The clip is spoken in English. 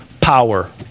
power